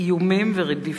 איומים ורדיפות.